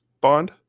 Bond